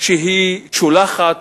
שהיא שולחת,